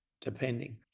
depending